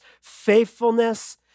faithfulness